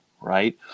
right